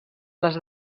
les